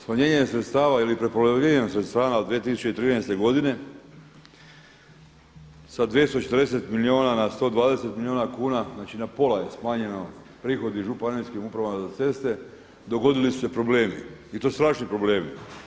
Smanjenje sredstava ili prepolovljivanje sredstava 2013. godine sa 240 milijuna na 120 milijuna kuna, znači na pola je smanjeno prihodi županijskim upravama za ceste dogodili su se problemi i to strašni problemi.